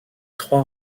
trois